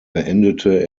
beendete